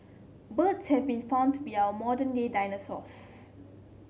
birds have been found to be our modern day dinosaurs